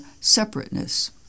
separateness